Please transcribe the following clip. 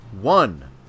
One